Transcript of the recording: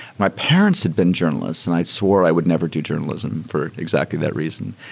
my parents had been journalists and i swore i would never do journalism for exactly that reason.